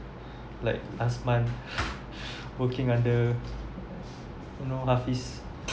like last month working under you know hafiz